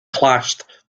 clashed